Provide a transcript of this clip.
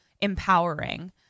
empowering